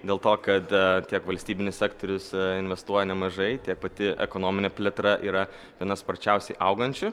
dėl to kad tiek valstybinis sektorius investuoja nemažai tiek pati ekonominė plėtra yra viena sparčiausiai augančių